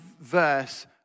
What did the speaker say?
verse